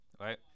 right